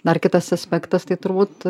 dar kitas aspektas tai turbūt